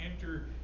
enter